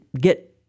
get